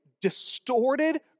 distorted